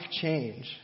change